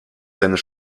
seines